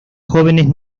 jóvenes